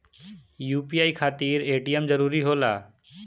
UPI खातिर ATM जरूरी होला?